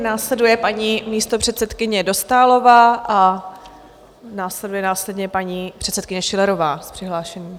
Následuje paní místopředsedkyně Dostálová a následuje následně paní předsedkyně Schillerová z přihlášených.